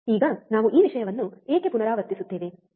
ಈಗ ನಾವು ಈ ವಿಷಯವನ್ನು ಏಕೆ ಪುನರಾವರ್ತಿಸುತ್ತೇವೆ